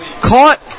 caught